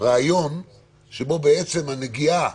רעיון שבו בעצם הנגיעה